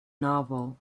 novel